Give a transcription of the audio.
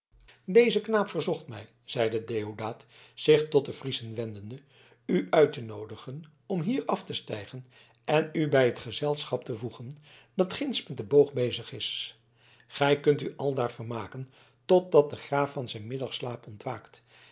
deze knaap verzocht mij zeide deodaat zich tot de friezen wendende u uit te noodigen om hier af te stijgen en u bij het gezelschap te voegen dat ginds met den boog bezig is gij kunt u aldaar vermaken totdat de graaf van zijn middagslaap ontwaakt